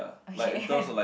okay